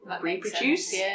reproduce